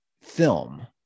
film